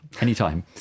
Anytime